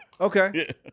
Okay